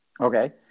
okay